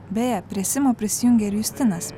beje prie simo prisijungė ir justinas